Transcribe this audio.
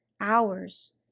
hours